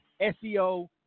SEO